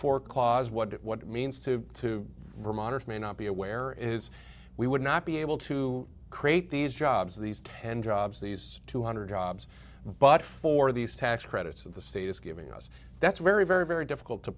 for clause what it what it means to two vermonters may not be aware is we would not be able to create these jobs these ten jobs these two hundred jobs but for these tax credits of the state is giving us that's very very very difficult to